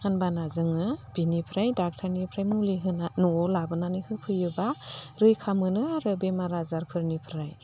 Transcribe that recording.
होनब्लाना जोङो बिनिफ्राय ड'क्टरनिफ्राय मुलि होना न'आव लाबोनानै होफैयोब्ला रैखा मोनो आरो बेमार आजारफोरनिफ्राय